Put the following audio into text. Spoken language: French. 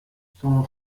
son